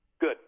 Good